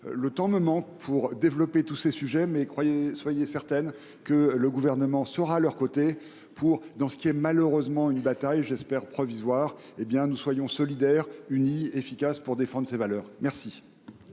Le temps me manque pour développer tous ces sujets, mais soyez certaine que le Gouvernement sera à leurs côtés dans ce qui est malheureusement une bataille, que j’espère provisoire. Ainsi, nous serons solidaires, unis et efficaces pour défendre ces valeurs. La